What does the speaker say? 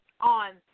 on